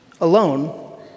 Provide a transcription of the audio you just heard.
alone